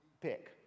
Pick